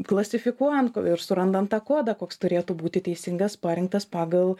klasifikuojant ir surandant tą kodą koks turėtų būti teisingas parinktas pagal